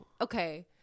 Okay